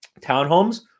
Townhomes